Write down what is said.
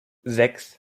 sechs